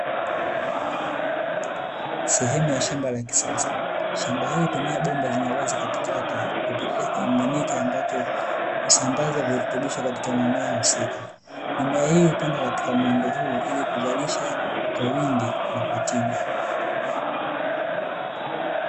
Sehemu ya shamba la kisasa. Shamba hili hutumia bomba zenye uwazi katikati kupitisha kimiminika ambacho husambaza virutubisho katika mimea husika. Mimea hii hupandwa katika muundo huu ili kuzalisha kwa wingi na kwa tija.